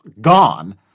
gone